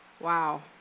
wow